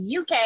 UK